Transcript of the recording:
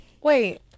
Wait